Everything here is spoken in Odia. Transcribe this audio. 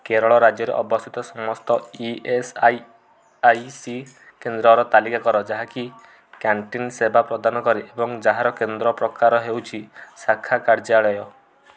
କେରଳ ରାଜ୍ୟରେ ଅବସ୍ଥିତ ସମସ୍ତ ଇ ଏସ୍ ଆଇ ସି କେନ୍ଦ୍ରର ତାଲିକା କର ଯାହାକି କ୍ୟାଣ୍ଟିନ୍ ସେବା ପ୍ରଦାନ କରେ ଏବଂ ଯାହାର କେନ୍ଦ୍ର ପ୍ରକାର ହେଉଛି ଶାଖା କାର୍ଯ୍ୟାଳୟ